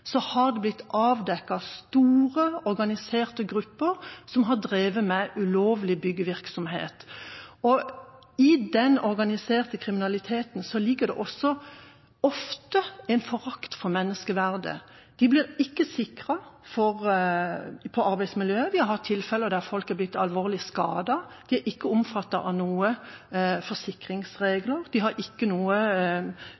blitt avdekket store organiserte grupper som har drevet med ulovlig byggevirksomhet. I den organiserte kriminaliteten ligger det også ofte en forakt for menneskeverdet. En blir ikke sikret i arbeidsmiljøet. Vi har hatt tilfeller der folk er blitt alvorlig skadet. De er ikke omfattet av noen forsikringsregler, de har ikke noe